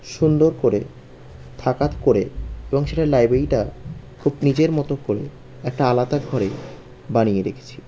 সুন্দর করে থাকাত করে এবং সেটা লাইব্রেরিটা খুব নিজের মতো করে একটা আলাদা ঘরে বানিয়ে রেখেছি